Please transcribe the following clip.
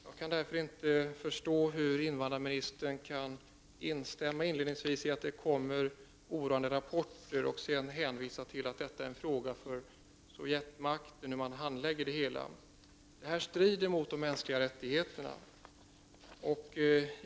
Jag kan därför inte förstå hur invandrarministern inledningsvis kan instämma i att det kommer oroande rapporter och sedan hänvisa till att detta är en fråga för Sovjetmakten att handlägga. Detta strider mot de mänskliga rättigheterna.